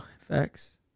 facts